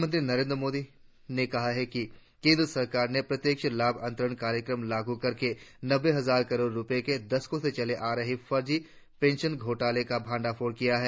प्रधानमंत्री नरेंद्र ने कहा है कि केंद्र सरकार ने प्रत्येक्ष लाभ अंतरन कार्यक्रम लागू करके नब्बे हजार करोड़ रुपये के दशको से चले आ रहे फर्जी पेंशन घोटाले का भंडाफोड़ किया है